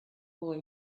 boy